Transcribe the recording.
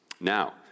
now